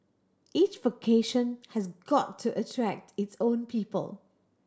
each vocation has got to attract its own people